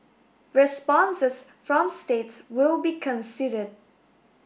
responses from states will be considered